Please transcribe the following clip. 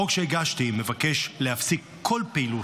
החוק שהגשתי מבקש להפסיק כל פעילות,